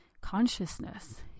consciousness